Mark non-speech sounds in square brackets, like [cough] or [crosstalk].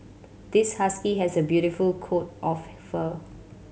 this husky has a beautiful coat of [unintelligible] fur